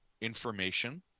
information